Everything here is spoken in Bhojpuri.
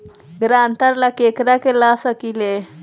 ग्रांतर ला केकरा के ला सकी ले?